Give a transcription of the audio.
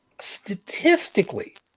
statistically